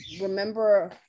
remember